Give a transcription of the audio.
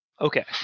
Okay